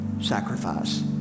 sacrifice